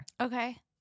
Okay